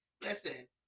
listen